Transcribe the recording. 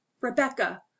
rebecca